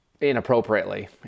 inappropriately